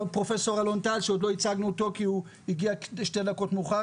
פרופסור אלון טל שעוד לא הצגנו אותו כי הוא הגיע שתי דקות מאוחר,